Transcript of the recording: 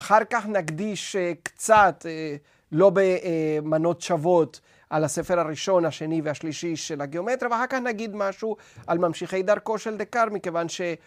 ‫אחר כך נקדיש קצת, לא במנות שוות, ‫על הספר הראשון, השני והשלישי ‫של הגיאומטריה, ואחר כך נגיד משהו ‫על ממשיכי דרכו של דקארט, ‫מכיוון ש...